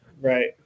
right